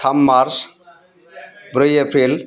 थाम मार्च ब्रै एप्रिल